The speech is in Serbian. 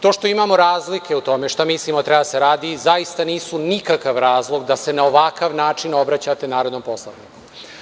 To što imamo razlike u tome šta mislimo da treba da se radi zaista nisu nikakav razlog da se na ovakav način obraćate narodnom poslaniku.